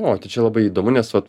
o tai čia labai įdomu nes vat